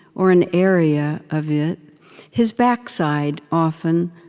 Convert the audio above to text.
or an area of it his backside often,